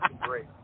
great